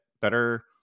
better